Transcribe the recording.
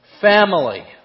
family